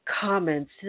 comments